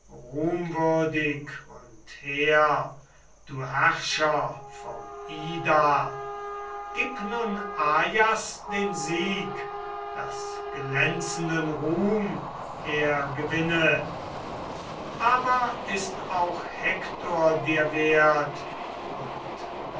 ruhmwürdig und hehr du herrscher vom ida gib nun ajas den sieg daß glänzenden ruhm er gewinne aber ist auch hektor dir wert und